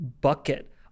bucket